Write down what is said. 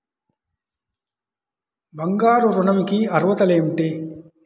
బంగారు ఋణం కి అర్హతలు ఏమిటీ?